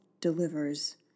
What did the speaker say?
delivers